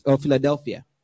Philadelphia